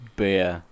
beer